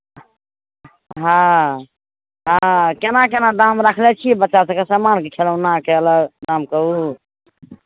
हँ हँ केना केना दाम राखने छियै बच्चा सभके सामान खेलौनाके अलग दाम कहू